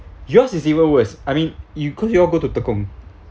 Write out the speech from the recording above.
yours is even worse I mean you cause you all go to the tekong